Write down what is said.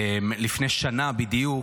לפני שנה בדיוק,